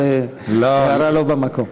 זו הערה לא במקום.